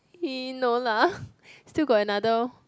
!ee! no lah still got another